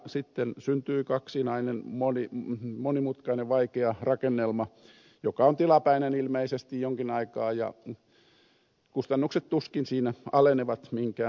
sitten syntyi kaksinainen monimutkainen vaikea rakennelma joka on tilapäinen ilmeisesti jonkin aikaa ja nyt kustannukset tuskin siinä alenevat minkään osalta